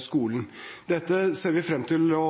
skolen. Vi ser frem til å